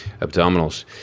abdominals